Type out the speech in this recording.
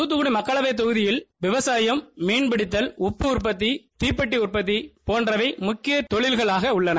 துத்தக்குடி மக்களவைத் ஜெகுதியில் விவசாயிம் மீன்பிடித்தல் உப்பு உற்பத்தி கீப்பெட்டி உற்பத்தி போன்றவை முக்கிய தொழில்களாக உள்ளன